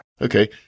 Okay